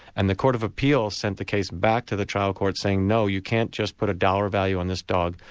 and the court of appeal sent the case back to the trial court saying, no, you can't just put a dollar value on this dog,